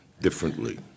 differently